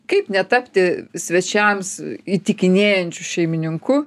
kaip netapti svečiams įtikinėjančiu šeimininku